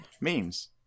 Memes